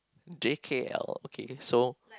J kay L okay so